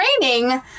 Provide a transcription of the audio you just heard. training